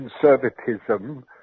conservatism